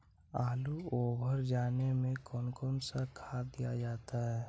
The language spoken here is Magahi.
आलू ओवर जाने में कौन कौन सा खाद दिया जाता है?